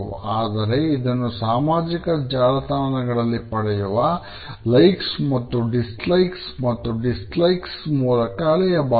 ಆದರೆ ಇದನ್ನು ಸಾಮಜಿಕ ಜಾಲತಾಣದಲ್ಲಿ ಪಡೆಯುವ ಲೈಕ್ಸ್ ಮ್ತಯೂ ದಿಸ್ಲಿಕ್ಸ್ ಲೈಕ್ಸ್ ಮತ್ತು ಡಿಸ್ ಲೈಕ್ಸ್ ಮೂಲಕ ಅಳೆಯಬಾರದು